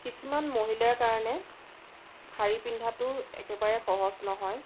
কিছুমান মহিলাৰ কাৰণে শাৰী পিন্ধাটো একেবাৰে সহজ নহয়